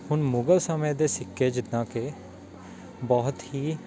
ਹੁਣ ਮੁਗਲ ਸਮੇਂ ਦੇ ਸਿੱਕੇ ਜਿੱਦਾਂ ਕਿ ਬਹੁਤ ਹੀ